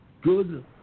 good